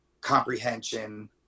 comprehension